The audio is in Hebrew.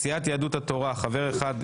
סיעת יהדות התורה חבר אחד,